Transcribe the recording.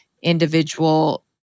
individual